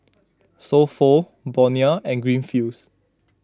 So Pho Bonia and Greenfields